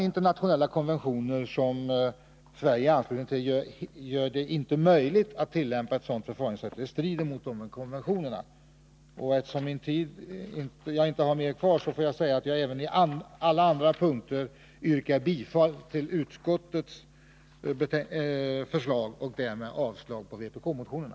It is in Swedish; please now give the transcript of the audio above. Internationella konventioner som Sverige har anslutit sig till gör det inte möjligt att tillämpa ett sådant förfaringssätt. Det strider mot dessa konventioner. Jag har nu inte mera tid till mitt förfogande. Jag yrkar härmed bifall till utskottets hemställan även på alla andra punkter och därmed avslag på vpk-motionerna.